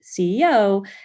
CEO